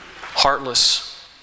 heartless